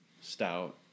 stout